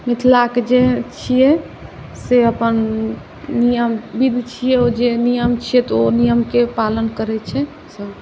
मिथिलाक जे छियै से अपन विधि छियै जे नियम छियै ओहि नियमके पालन करैत छै सभ